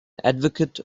advocate